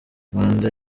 manda